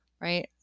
right